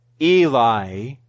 Eli